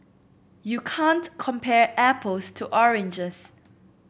you can't compare apples to oranges